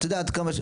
את יודעת כמה,